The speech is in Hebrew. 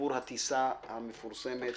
סיפור הטיסה המפורסמת,